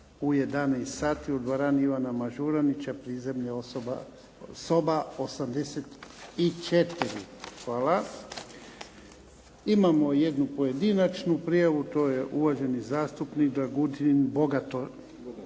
u 11 sati u dvorani Ivana Mažuranica, prizemlje, soba 84. Hvala. Imamo jednu pojedinačnu prijavu, to je uvaženi zastupnik Dragutin Bodakoš,